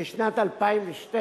בשנת 2012